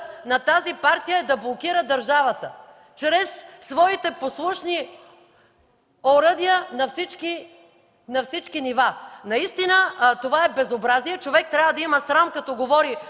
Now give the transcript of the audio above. на тази партия е да блокира държавата чрез своите послушни оръдия на всички нива! Наистина това е безобразие! Човек трябва да има срам, когато говори